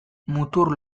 mutur